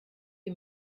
wie